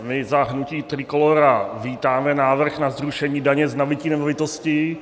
My za hnutí Trikolóra vítáme návrh na zrušení daně z nabytí nemovitosti.